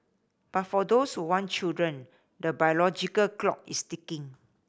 but for those who want children the biological clock is ticking